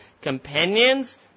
companions